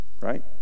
Right